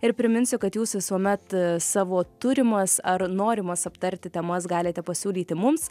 ir priminsiu kad jūs visuomet savo turimas ar norimas aptarti temas galite pasiūlyti mums